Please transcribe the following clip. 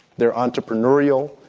they're entrepreneurial.